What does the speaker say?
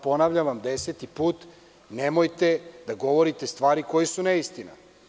Ponavljam vam deseti put, nemojte da govorite stvari koje su neistina.